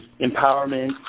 empowerment